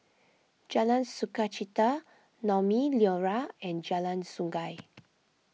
Jalan Sukachita Naumi Liora and Jalan Sungei